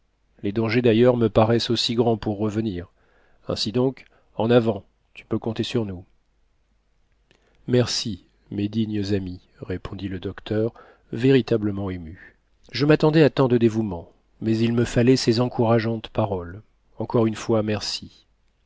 les dangers d'ailleurs me paraissent aussi grands pour revenir ainsi donc en avant tu peux compter sur nous merci mes dignes amis répondit le docteur véritablement ému je m'attendais à tant de dévouement mais il me fallait ces encourageantes paroles encore une fois merci